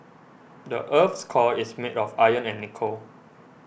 the earth's core is made of iron and nickel